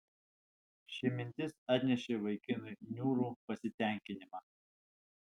ši mintis atnešė vaikinui niūrų pasitenkinimą